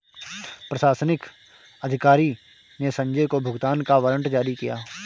प्रशासनिक अधिकारी ने संजय को भुगतान का वारंट जारी किया